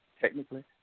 Technically